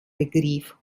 begriff